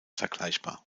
vergleichbar